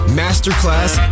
masterclass